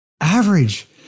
Average